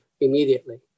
immediately